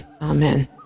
amen